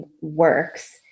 works